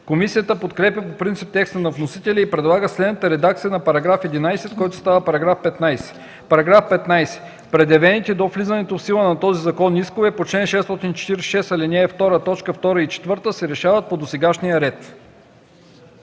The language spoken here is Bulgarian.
Комисията подкрепя по принцип текста на вносителя и предлага следната редакция на § 11, който става § 15: „§ 15. Предявените до влизането в сила на този закон искове по чл. 646, ал. 2, т. 2 и 4 се решават по досегашния ред.”